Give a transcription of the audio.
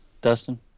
Dustin